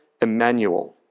Emmanuel